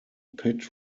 pit